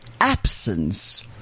absence